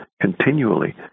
continually